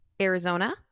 Arizona